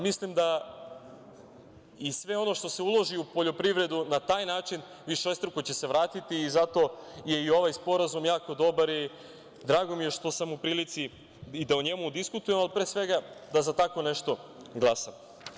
Sve ono što se uloži u poljoprivredu na taj način višestruko će se vratiti i zato je i ovaj sporazum jako dobar i drago mi je što sam u prilici da o njemu diskutujem, ali pre svega da za tako nešto glasam.